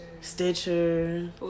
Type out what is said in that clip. Stitcher